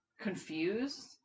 confused